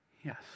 Yes